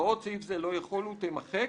"הוראות סעיף זה לא יחולו" תימחק,